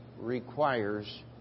requires